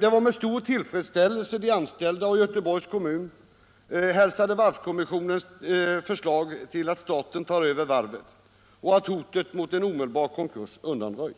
Det var med stor tillfredsställelse de anställda och Göteborgs kommun hälsade varvskommissionens förslag till att staten tar över varvet, så att hotet om en omedelbar konkurs undanröjs.